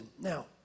Now